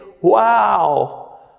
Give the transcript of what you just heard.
Wow